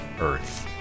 earth